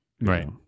Right